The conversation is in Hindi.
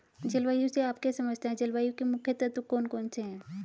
जलवायु से आप क्या समझते हैं जलवायु के मुख्य तत्व कौन कौन से हैं?